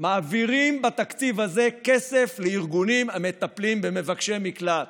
הם מעבירים בתקציב הזה כסף לארגונים המטפלים במבקשי מקלט.